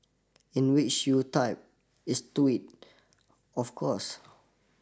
in which you typed is twit of course